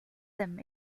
them